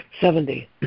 Seventy